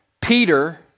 Peter